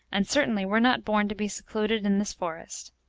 and certainly were not born to be secluded in this forest.